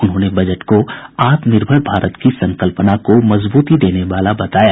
उन्होंने बजट को आत्मनिर्भर भारत की संकल्पना को मजबूती देने वाला बताया